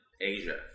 Asia